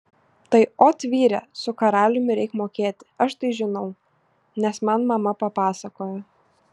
tai ot vyre su karaliumi reik mokėti aš tai žinau nes man mama papasakojo